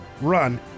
run